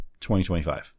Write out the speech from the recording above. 2025